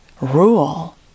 rule